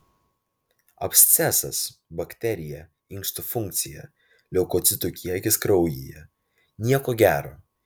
abscesas bakterija inkstų funkcija leukocitų kiekis kraujyje nieko gero